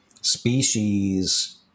species